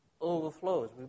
overflows